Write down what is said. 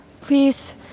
please